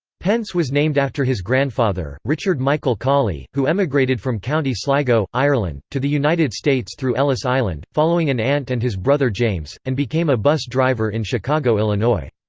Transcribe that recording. pence was named after his grandfather, richard michael cawley, who emigrated from county sligo, ireland, to the united states through ellis island, following an aunt and his brother james, and became a bus driver in chicago, illinois.